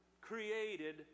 created